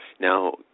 Now